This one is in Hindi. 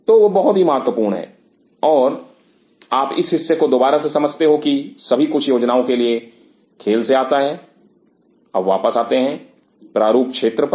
तो वह बहुत ही महत्वपूर्ण है और आप इस हिस्से को दोबारा से समझते हो कि सभी कुछ योजनाओं के खेल से आता है अब वापस आते हैं प्रारूप क्षेत्र पर